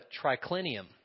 triclinium